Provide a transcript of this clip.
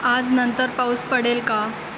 आज नंतर पाऊस पडेल का